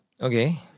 Okay